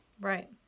Right